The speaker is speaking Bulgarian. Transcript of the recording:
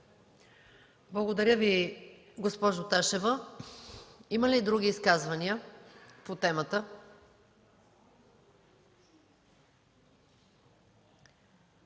Благодаря Ви, госпожо Ташева. Има ли други изказвания по темата?